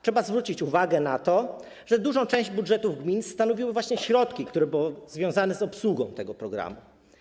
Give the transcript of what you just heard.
Trzeba zwrócić uwagę na to, że dużą część budżetów gmin stanowiły właśnie środki, które były związane z obsługą tego programu.